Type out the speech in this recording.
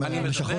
על הלשכות?